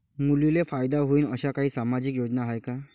मुलींले फायदा होईन अशा काही सामाजिक योजना हाय का?